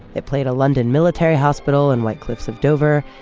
it played a london military hospital in white cliffs of dover.